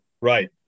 Right